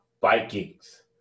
Vikings